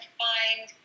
find